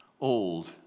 old